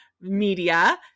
Media